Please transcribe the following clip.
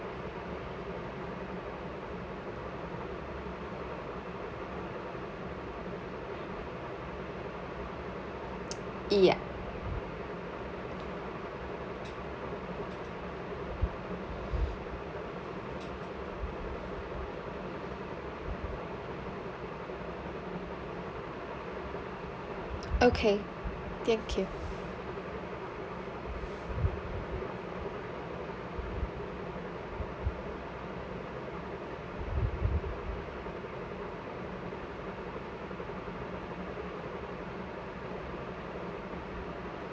ya okay thank you